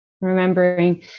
Remembering